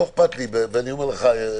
ואני אומר לך,